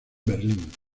berlín